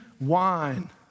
wine